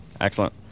Excellent